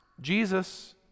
Jesus